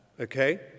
Okay